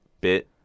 bit